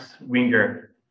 winger